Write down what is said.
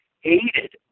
hated